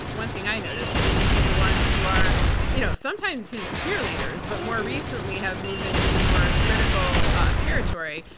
one thing i noticed, tend to be the ones who are you know sometimes his cheerleaders, but more recently have moved in into more critical territory,